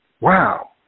wow